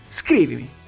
scrivimi